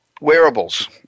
wearables